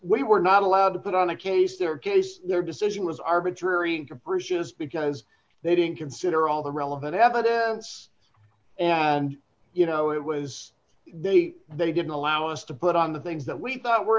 you were not allowed to put on a case their case their decision was arbitrary and capricious because they didn't consider all the relevant evidence and you know it was they they didn't allow us to put on the things that we thought were